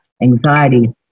anxiety